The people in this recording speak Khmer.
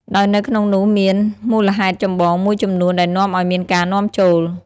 ដោយនៅក្នុងនោះមានមូលហេតុចម្បងមួយចំនួនដែលនាំឱ្យមានការនាំចូល។